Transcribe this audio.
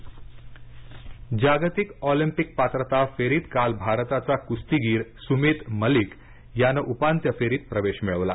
कुस्ती जागतिक ऑलिम्पिक पात्रता फेरीत काल भारताचा कुस्तीगीर सुमित मलिक याने उपांत्य फेरीत प्रवेश मिळवला आहे